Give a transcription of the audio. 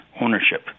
ownership